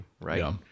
right